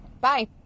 Bye